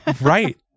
right